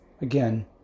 again